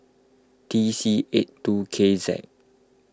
T C eight two K Z